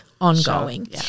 ongoing